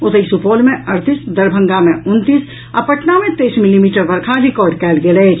ओतहि सुपौल मे अड़तीस दरभंगा मे उनतीस आ पटना मे तेईस मिलीमीटर वर्षा रिकॉर्ड कयल गेल अछि